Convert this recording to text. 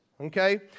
Okay